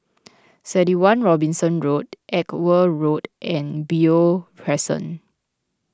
thirty one Robinson Road Edgware Road and Beo Crescent